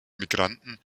migranten